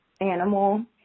animal